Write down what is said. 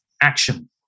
action